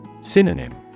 Synonym